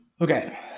Okay